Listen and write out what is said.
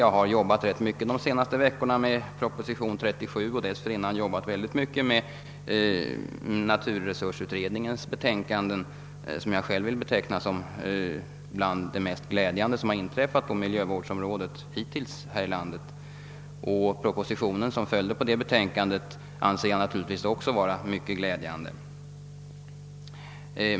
Jag har arbetat rätt mycket de senaste veckorna med proposition nr 37 och dessförinnan ännu mer med naturresursutredningens betänkande, som jag vill beteckna som något av det mest glädjande som hittills inträffat på miljövårdsområdet här i landet. Propositionen som följde på detta betänkande anser jag naturligtvis också vara mycket glädjande.